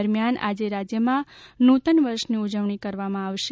દરમિયાન આજે રાજ્યમાં નૂતન વર્ષની ઉજવણી કરવામાં આવશે